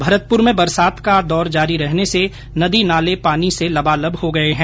भरतपुर में बरसात का दौर जारी रहने से नदी नाले पानी से लबालब हो गये है